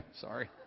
Sorry